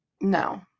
No